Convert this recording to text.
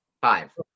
Five